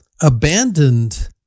abandoned